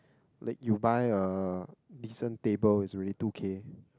like you buy a decent table is already two K